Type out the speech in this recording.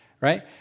Right